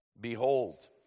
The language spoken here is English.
behold